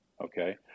okay